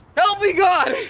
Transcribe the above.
help me god,